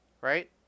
right